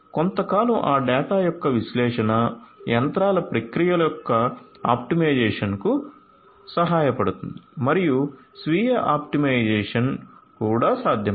కొంతకాలం ఆ డేటా యొక్క విశ్లేషణ యంత్రాల ప్రక్రియల యొక్క ఆప్టిమైజేషన్కు సహాయపడుతుంది మరియు స్వీయ ఆప్టిమైజేషన్ కూడా సాధ్యమే